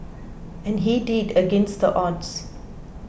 and he did against the odds